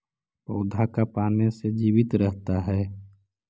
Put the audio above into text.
पौधा का पाने से जीवित रहता है?